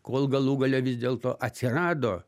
kol galų gale vis dėlto atsirado